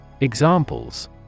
Examples